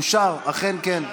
אושר, אכן כן,